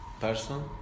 person